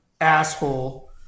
asshole